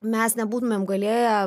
mes nebūtumėm galėję